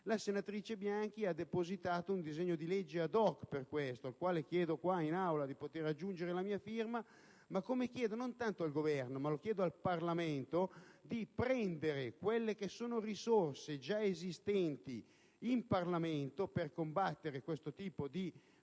La senatrice Bianchi ha depositato un disegno di legge *ad hoc* per questo, al quale chiedo ora di poter aggiungere la mia firma. Ma chiedo anche, non tanto al Governo ma al Parlamento, di prendere le risorse già esistenti in Parlamento per combattere questo tipo di